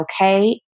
okay